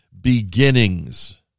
beginnings